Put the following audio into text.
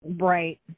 Right